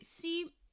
See